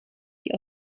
die